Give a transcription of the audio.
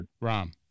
Ram